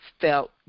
felt